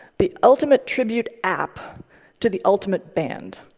the ultimate tribute app to the ultimate band.